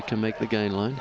you can make the game